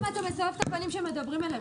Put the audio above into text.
למה אתה מסובב את הפנים כשמדברים אליך?